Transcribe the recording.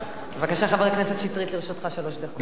בבקשה, חבר הכנסת שטרית, לרשותך שלוש דקות.